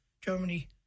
Germany